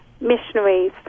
missionaries